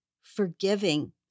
forgiving